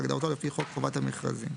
כהגדרתו לפי חוק חובת המכרזים.